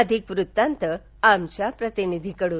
अधिक वृत्तांत आमच्या प्रतिनिधीकडून